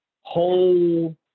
whole